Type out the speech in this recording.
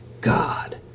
God